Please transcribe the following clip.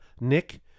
Nick